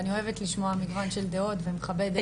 ואני אוהבת לשמוע מגוון של דעות ומכבדת.